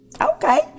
Okay